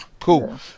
Cool